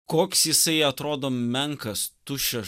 koks jisai atrodo menkas tuščias